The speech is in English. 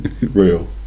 Real